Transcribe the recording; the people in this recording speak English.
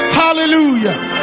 hallelujah